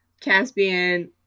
Caspian